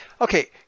okay